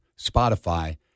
Spotify